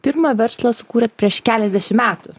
pirmą verslą sukūrėt prieš keliasdešim metų